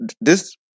this-